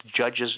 judges